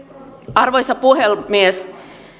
arvoisa puhemies